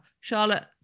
Charlotte